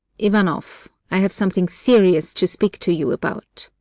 ivanoff, i have something serious to speak to you about.